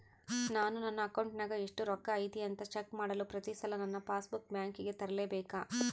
ನಾನು ನನ್ನ ಅಕೌಂಟಿನಾಗ ಎಷ್ಟು ರೊಕ್ಕ ಐತಿ ಅಂತಾ ಚೆಕ್ ಮಾಡಲು ಪ್ರತಿ ಸಲ ನನ್ನ ಪಾಸ್ ಬುಕ್ ಬ್ಯಾಂಕಿಗೆ ತರಲೆಬೇಕಾ?